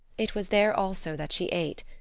it was there also that she ate,